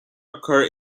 occur